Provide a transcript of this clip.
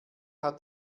hat